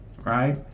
right